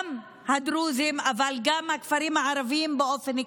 גם הדרוזיים אבל גם הכפרים הערביים באופן כללי,